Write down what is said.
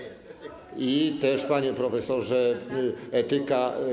I też, panie profesorze, etyka.